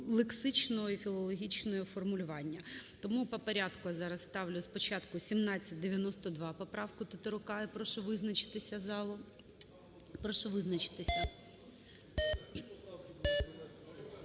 лексичного і філологічного формулювання. Тому по порядку я зараз ставлю. Спочатку 1792 поправку Тетерука. Я прошу визначитися зал, прошу визначитися.